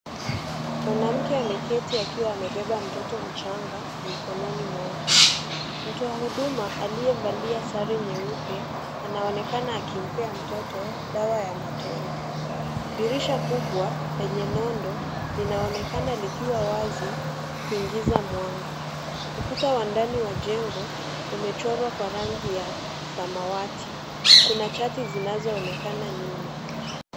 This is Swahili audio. Mwanamke ameketi akiwa amebeba mtoto mchanga mikononi mwake, mtoa huduma aliyevalia sare nyeupe anaonekana akimpea mtoto dawa ya matone, dirisha kubwa lenye nondo linaonekana likiwa wazi kuingiza mwanga, ukuta wa ndani wa jengo umechorwa kwa rangi ya samawati, kuna chati zinazoonekana nyuma